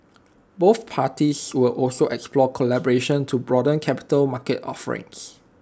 both parties will also explore collaboration to broaden capital market offerings